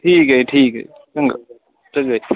ਠੀਕ ਹੈ ਜੀ ਠੀਕ ਹੈ ਚੰਗਾ ਚੰਗਾ ਜੀ